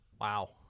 Wow